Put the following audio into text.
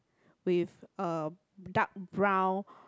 with a dark brown